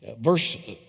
Verse